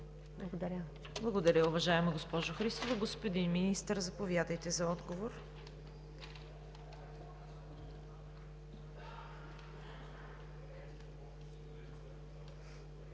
КАРАЯНЧЕВА: Благодаря, уважаема госпожо Христова. Господин Министър, заповядайте за отговор.